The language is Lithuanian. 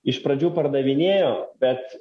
iš pradžių pardavinėjo bet